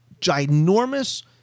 ginormous